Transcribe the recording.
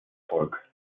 volk